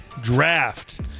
draft